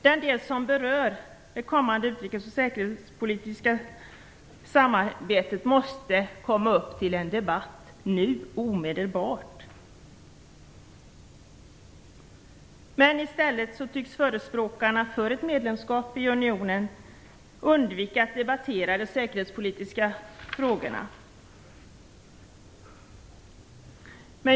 Den del som berör det kommande utrikes och säkerhetspolitiska samarbetet måste komma upp till debatt omedelbart. I stället tycks förespråkarna för ett medlemskap i unionen undvika att debattera de säkerhetspolitiska frågorna.